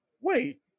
wait